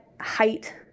height